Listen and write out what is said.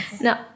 No